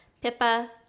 Pippa